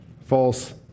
false